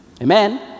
Amen